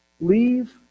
Leave